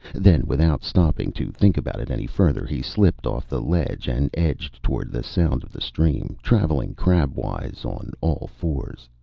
then, without stopping to think about it any further, he slipped off the ledge and edged toward the sound of the stream, travelling crabwise on all fours.